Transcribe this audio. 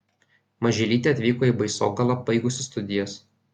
mažylytė atvyko į baisogalą baigusi studijas